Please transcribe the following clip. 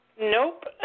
Nope